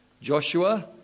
Joshua